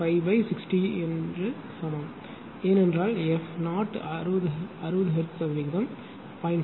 5 60 க்கு சமம் ஏனென்றால் f 0 60 ஹெர்ட்ஸ் சதவிகிதம் 0